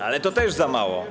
Ale to też za mało.